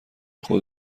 خود